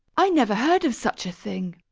i never heard of such a thing!